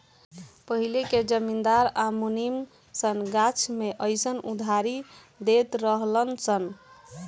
पहिले के जमींदार आ मुनीम सन गाछ मे अयीसन उधारी देत रहलन सन